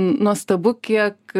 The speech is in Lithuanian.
nuostabu kiek